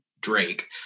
Drake